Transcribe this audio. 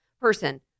person